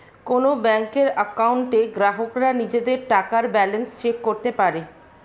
কোন ব্যাংকের অ্যাকাউন্টে গ্রাহকরা নিজেদের টাকার ব্যালান্স চেক করতে পারে